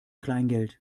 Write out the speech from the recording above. kleingeld